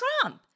Trump